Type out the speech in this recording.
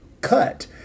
cut